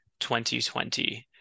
2020